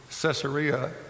Caesarea